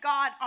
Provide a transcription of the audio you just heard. God